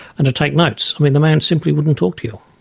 and to take notes? i mean the man simply wouldn't talk to you.